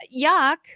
Yuck